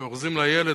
שאורזים לילד,